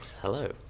Hello